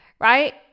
right